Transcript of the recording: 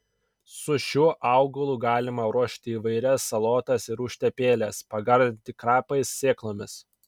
su šiuo augalu galima ruošti įvairias salotas ir užtepėles pagardinti krapais sėklomis